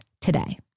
today